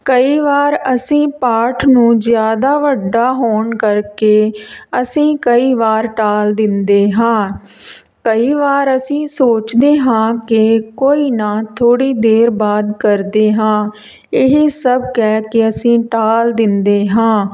ਕਈ ਵਾਰ ਅਸੀਂ ਪਾਠ ਨੂੰ ਜ਼ਿਆਦਾ ਵੱਡਾ ਹੋਣ ਕਰਕੇ ਅਸੀਂ ਕਈ ਵਾਰ ਟਾਲ ਦਿੰਦੇ ਹਾਂ ਕਈ ਵਾਰ ਅਸੀਂ ਸੋਚਦੇ ਹਾਂ ਕਿ ਕੋਈ ਨਾ ਥੋੜ੍ਹੀ ਦੇਰ ਬਾਅਦ ਕਰਦੇ ਹਾਂ ਇਹ ਹੀ ਸਭ ਕਹਿ ਕੇ ਅਸੀਂ ਟਾਲ ਦਿੰਦੇ ਹਾਂ